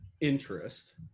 interest